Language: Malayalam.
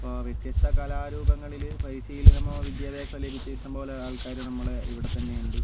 ഇപ്പോൾ വ്യത്യസ്ത കലാരൂപങ്ങളില് പരിശീലനമോ വിദ്യാഭ്യാസമോ ലഭിച്ച ഇഷ്ടം പോലെ ആൾക്കാര് നമ്മുടെ ഇവിടെ തന്നെയുണ്ട്